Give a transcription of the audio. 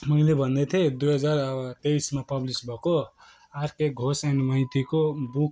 मैले भन्दै थिएँ दुइ हजार तेइसमा पब्लिस भएको आरके घोस एन्ड मातीको बुक